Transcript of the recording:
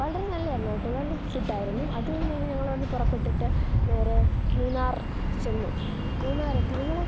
വളരെ നല്ലതായിരുന്നു കേട്ടോ നല്ല ഫുഡ് ആയിരുന്നു അത് തന്നെ നിങ്ങൾ അവിടുന്ന് പുറപ്പെട്ടിട്ട് നേരെ മൂന്നാർ ചെന്നു മൂന്നാർ എത്തി നിങ്ങൾ